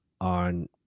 on